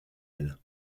elle